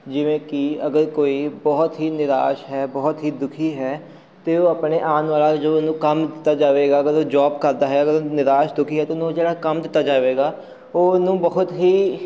ਜਿਵੇਂ ਕਿ ਅਗਰ ਕੋਈ ਬਹੁਤ ਹੀ ਨਿਰਾਸ਼ ਹੈ ਬਹੁਤ ਹੀ ਦੁਖੀ ਹੈ ਅਤੇ ਉਹ ਆਪਣੇ ਆਉਣ ਵਾਲਾ ਜੋ ਉਹਨੂੰ ਕੰਮ ਦਿੱਤਾ ਜਾਵੇਗਾ ਅਗਰ ਉਹ ਜੋਬ ਕਰਦਾ ਹੈ ਉਹ ਨਿਰਾਸ਼ ਦੁਖੀ ਹੈ ਅਤੇ ਉਹਨੂੰ ਜਿਹੜਾ ਕੰਮ ਦਿੱਤਾ ਜਾਵੇਗਾ ਉਹ ਉਹਨੂੰ ਬਹੁਤ ਹੀ